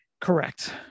Correct